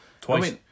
Twice